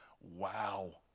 wow